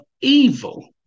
evil